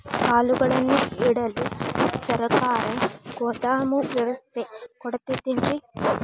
ಕಾಳುಗಳನ್ನುಇಡಲು ಸರಕಾರ ಗೋದಾಮು ವ್ಯವಸ್ಥೆ ಕೊಡತೈತೇನ್ರಿ?